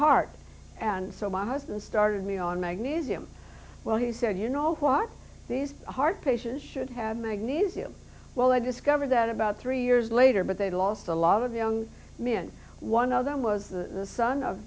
heart and so my husband started me on magnesium well he said you know what these heart patients should have magnesium well i discovered that about three years later but they lost a lot of young men one of them was the son of